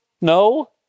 No